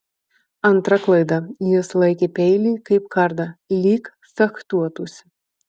antra klaida jis laikė peilį kaip kardą lyg fechtuotųsi